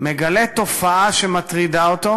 מגלה תופעה שמטרידה אותו,